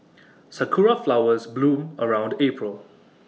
Sakura Flowers bloom around April